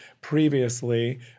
previously